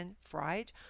Fried